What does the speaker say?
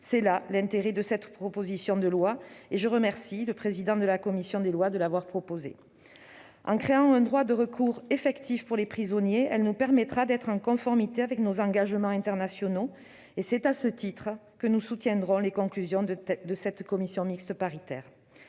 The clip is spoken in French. C'est là tout l'intérêt de cette proposition de loi. Je remercie le président de la commission des lois de l'avoir déposée. En créant un droit de recours effectif pour les prisonniers, ce texte permet à la France d'être en conformité avec ses engagements internationaux. C'est à ce titre que nous soutiendrons les conclusions de cette commission mixte paritaire.